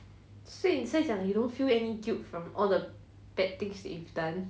所以你在讲 you don't feel any guilt from all the bad things that you've done